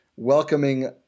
welcoming